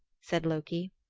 said loki.